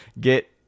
get